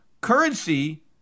currency